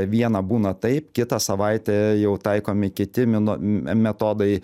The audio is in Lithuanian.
vieną būna taip kitą savaitę jau taikomi kiti mino metodai